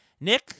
Nick